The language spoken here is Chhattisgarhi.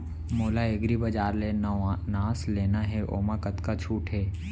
मोला एग्रीबजार ले नवनास लेना हे ओमा कतका छूट हे?